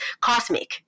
cosmic